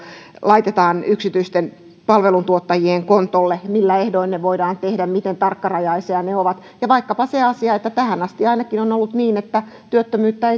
laitetaan yksityisten palveluntuottajien kontolle millä ehdoin ne voidaan tehdä miten tarkkarajaisia ne ovat ja vaikkapa se asia että tähän asti ainakin on ollut niin että työttömyyttä